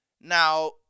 Now